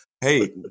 Hey